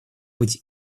быть